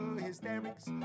hysterics